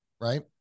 right